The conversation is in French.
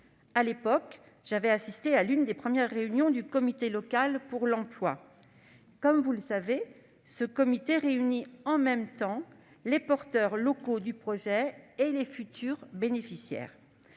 À l'époque, j'avais assisté à l'une des premières réunions du comité local pour l'emploi. Comme vous le savez, ce comité réunit en même temps les porteurs locaux du projet et les futurs bénéficiaires,